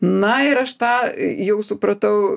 na ir aš tą jau supratau